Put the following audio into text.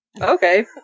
okay